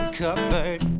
covered